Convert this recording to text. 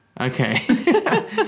okay